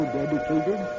dedicated